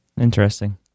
Interesting